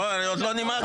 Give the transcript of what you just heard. לא, עוד לא נימקתי.